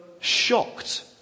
shocked